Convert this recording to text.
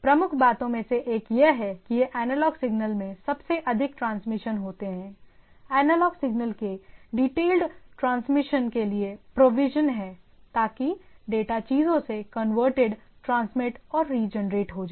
प्रमुख बातों में से एक यह है कि ये एनालॉग सिग्नल में सबसे अधिक ट्रांसमिशन होते हैं एनालॉग सिग्नल के डीटेल्ड ट्रांसमिशन के लिए प्रोविजन हैं ताकि डेटा चीजों में कनवरटेड ट्रांसमीट और रीजेनरेटेड हो जाए